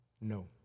No